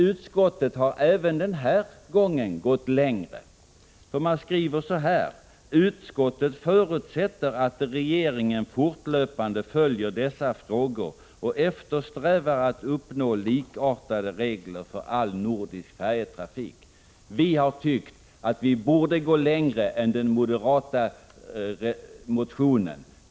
Utskottet har även denna gång gått längre än motionärerna: ”Utskottet förutsätter att regeringen fortlöpande följer dessa frågor och eftersträvar att uppnå likartade regler för all nordisk färjetrafik.” Vi tyckte vi borde gå längre än de moderata motionärerna.